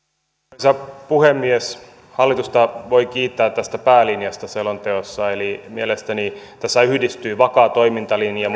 arvoisa puhemies hallitusta voi kiittää tästä päälinjasta selonteossa mielestäni tässä yhdistyvät vakaa toimintalinja